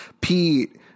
Pete